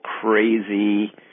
crazy